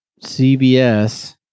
CBS